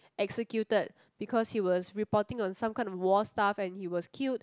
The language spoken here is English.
executed because he was reporting on some kind of war stuff and he was cute